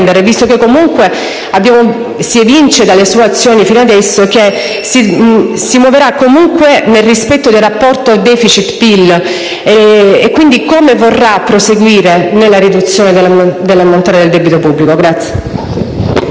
visto che, comunque, si evince dalle sue azioni, fino adesso, che si muoverà comunque nel rispetto del rapporto *deficit*-PIL e, quindi, come vorrà proseguire nella riduzione dell'ammontare del debito pubblico.